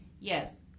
yes